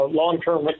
long-term